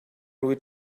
huit